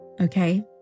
okay